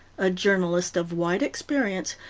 a journalist of wide experience,